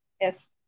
yes